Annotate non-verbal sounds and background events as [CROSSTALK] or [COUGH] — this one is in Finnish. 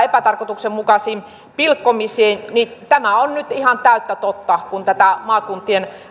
[UNINTELLIGIBLE] epätarkoituksenmukaisiin pilkkomisiin niin tämä on nyt ihan täyttä totta kun maakuntien